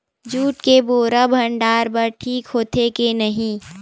Jute के बोरा भंडारण बर ठीक होथे के नहीं?